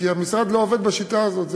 כי המשרד לא עובד בשיטה הזאת,